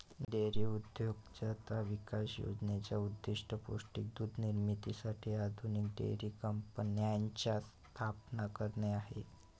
dairy उद्योजकता विकास योजनेचा उद्देश पौष्टिक दूध निर्मितीसाठी आधुनिक डेअरी कंपन्यांची स्थापना करणे आहे